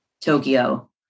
Tokyo